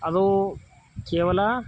ಅದು ಕೇವಲ